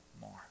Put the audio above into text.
more